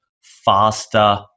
faster